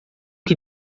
que